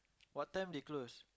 what time they close